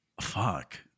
Fuck